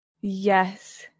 Yes